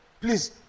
Please